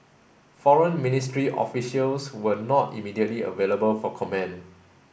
Foreign Ministry officials were not immediately available for comment